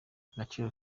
agaciro